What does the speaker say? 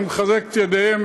אני מחזק את ידיהם,